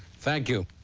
thank you.